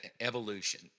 evolution